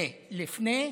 ל"לפני"